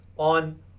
On